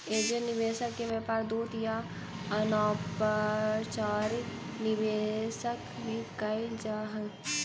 angel निवेशक के व्यापार दूत या अनौपचारिक निवेशक भी कहल जा हई